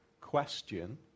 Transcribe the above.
question